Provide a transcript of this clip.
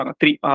three